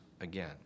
again